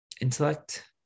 Intellect